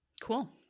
Cool